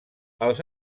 els